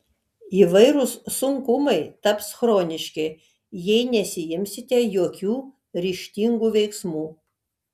įvairūs sunkumai taps chroniški jei nesiimsite jokių ryžtingų veiksmų